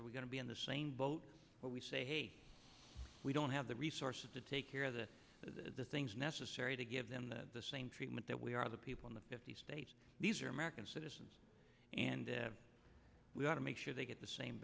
we're going to be in the same boat but we say we don't have the resources to take care of the the things necessary to give them the same treatment that we are the people in the fifty states these are american citizens and we want to make sure they get the same